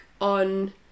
on